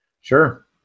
Sure